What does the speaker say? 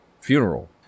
funeral